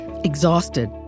exhausted